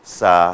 sa